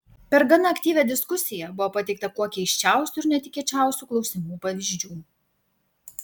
per gana aktyvią diskusiją buvo pateikta kuo keisčiausių ir netikėčiausių klausimų pavyzdžių